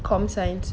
com science